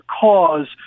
cause